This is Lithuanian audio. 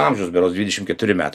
amžiaus berods dvidešim keturi metai